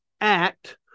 Act